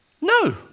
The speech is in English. no